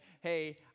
hey